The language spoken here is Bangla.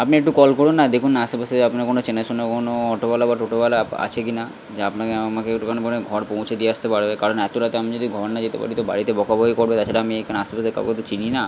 আপনি একটু কল করুন না দেখুন না আশেপাশে আপনার কোনো চেনাশোনা কোনো অটোওয়ালা বা টোটোওয়ালা আছে কিনা যে আপনাকে আমাকে একটুখানি মানে ঘর পৌঁছে দিয়ে আসতে পারবে কারণ এত রাতে আমি যদি ঘর না যেতে পারি তো বাড়িতে বকাবকি করবে তাছাড়া আমি এখানে আশেপাশে কাউকে তো চিনিই না